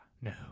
no